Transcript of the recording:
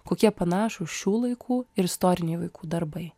kokie panašūs šių laikų ir istoriniai vaikų darbai